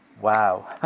Wow